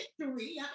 victory